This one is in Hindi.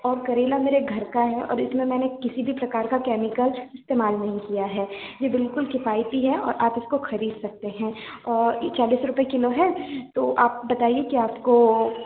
और करेला मेरे घर का है और इसमें मैंने किसी भी प्रकार का कैमिकल इस्तेमाल नहीं किया है ये बिल्कुल किफायती है और आप इसको खरीद सकते हैं और ये चौबीस रुपए किलो है तो आप बताइए कि आपको